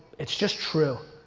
it's just true.